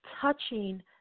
touching